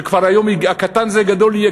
היום הקטן גדול יהיה,